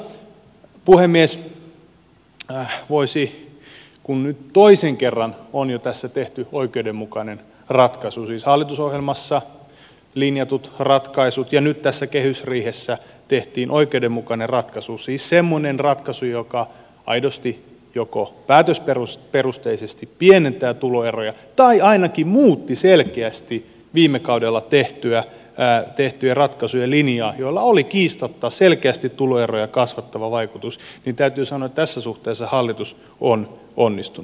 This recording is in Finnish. voisi sanoa kun nyt toisen kerran on jo tässä tehty oikeudenmukainen ratkaisu siis hallitusohjelmassa linjatut ratkaisut ja nyt tässä kehysriihessä tehtiin oikeudenmukainen ratkaisu siis semmoinen ratkaisu joka aidosti joko päätösperusteisesti pienentää tuloeroja tai ainakin muutti selkeästi viime kaudella tehtyjen ratkaisujen linjaa joilla oli kiistatta selkeästi tuloeroja kasvattava vaikutus että tässä suhteessa hallitus on onnistunut